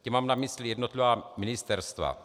Tím mám na mysli jednotlivá ministerstva.